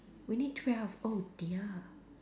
we need twelve oh dear